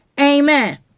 Amen